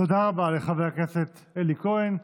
תודה רבה לחבר הכנסת אלי כהן.